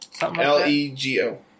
L-E-G-O